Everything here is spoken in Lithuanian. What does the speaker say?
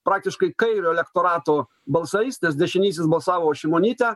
praktiškai kairio elektorato balsais nes dešinysis balsavo už šimonytę